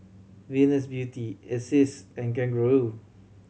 Venus Beauty Asics and Kangaroo